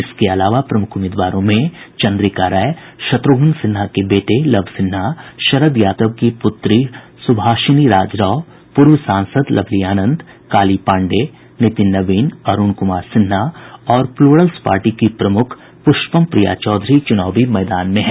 इसके अलावा प्रमुख उम्मीदवारों में चन्द्रिका राय शत्रुघ्न सिन्हा के बेटे लव सिन्हा शरद यादव की पुत्री सुभाषिनी राज राव पूर्व सांसद लवली आनंद काली पांडेय नितिन नवीन अरूण कुमार सिन्हा और प्लूरल्स पार्टी की प्रमुख पुष्पम प्रिया चौधरी चुनावी मैदान में है